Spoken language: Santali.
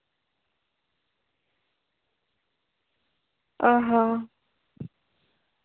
ᱚᱸᱻ ᱦᱚᱸ